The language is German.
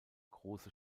große